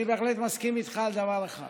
אני בהחלט מסכים איתך על דבר אחד: